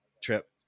trip